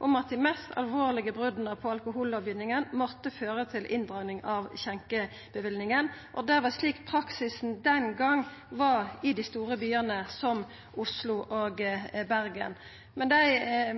at dei mest alvorlege brota på alkohollovgivinga måtte føra til inndraging av skjenkeløyvet. Det var slik praksisen den gongen var i dei store byane, som Oslo og Bergen. Med dei